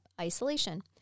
Isolation